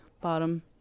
bottom